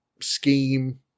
scheme